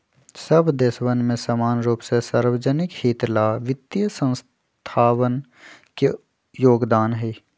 सब देशवन में समान रूप से सार्वज्निक हित ला वित्तीय संस्थावन के योगदान हई